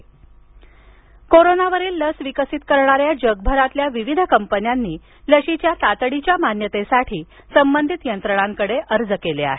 Covid जग कोरोनावरील लस विकसित करणाऱ्या जगभरातल्या विविध कंपन्यांनी लसीच्या तातडीच्या मान्यतेसाठी संबंधित यंत्रणांकडे अर्ज केले आहेत